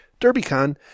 DerbyCon